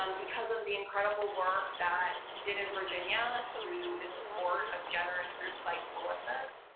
um because of the incredible work that we did in virginia through the support of generous groups like melissa's,